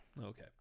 Okay